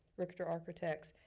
ric-tor architects.